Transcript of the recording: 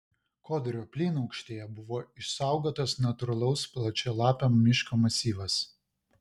kodrio plynaukštėje buvo išsaugotas natūralaus plačialapio miško masyvas